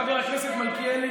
חבר הכנסת מלכיאלי,